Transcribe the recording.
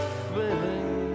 feeling